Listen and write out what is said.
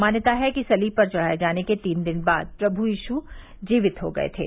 मान्यता है कि सलीब पर चढ़ाये जाने के तीन दिन बाद प्रभु यीशु जीवित हो गये थे